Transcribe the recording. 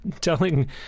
telling